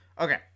Okay